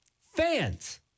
Fans